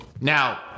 Now